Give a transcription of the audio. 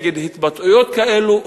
נגד התבטאויות כאלה,